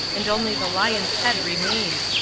and only the lion's head remained,